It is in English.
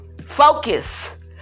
focus